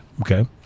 Okay